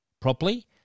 properly